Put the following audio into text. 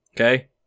okay